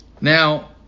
Now